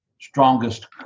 strongest